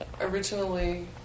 originally